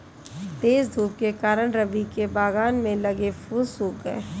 तेज धूप के कारण, रवि के बगान में लगे फूल सुख गए